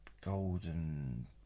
Golden